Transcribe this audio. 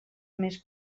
més